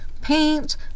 paint